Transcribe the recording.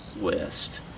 West